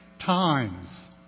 times